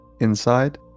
inside